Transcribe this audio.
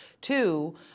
two